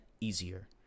easier